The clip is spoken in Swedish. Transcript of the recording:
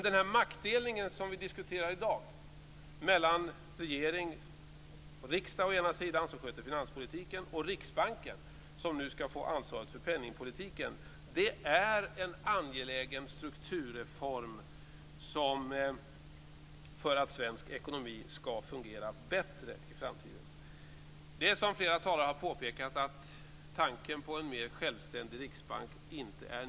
Den maktdelning som vi diskuterar i dag mellan å ena sidan regering och riksdag som sköter finanspolitiken och å andra sidan riksbanken som nu skall få ansvaret för penningpolitiken är en angelägen strukturreform för att svensk ekonomi skall fungera bättre i framtiden. Som flera talare har påpekat är tanken på en mer självständig riksbank inte ny.